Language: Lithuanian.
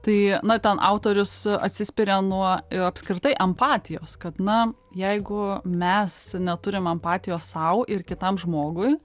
tai na ten autorius atsispiria nuo apskritai empatijos kad na jeigu mes neturim empatijos sau ir kitam žmogui